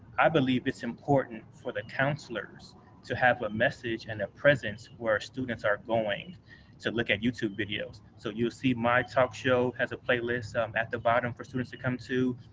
i believe it's important for the counselors to have a message and a presence where students are going to look at youtube videos. so, you'll see my talk show has a playlist at the bottom for students to come to.